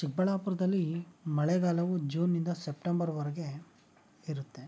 ಚಿಕ್ಕಬಳ್ಳಾಪುರದಲ್ಲಿ ಮಳೆಗಾಲವು ಜೂನಿನಿಂದ ಸೆಪ್ಟೆಂಬರ್ವರೆಗೆ ಇರುತ್ತೆ